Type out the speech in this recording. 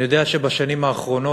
אני יודע שבשנים האחרונות,